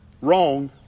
wrong